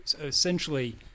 essentially